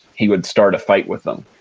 he would start a fight with them.